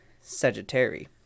Sagittarius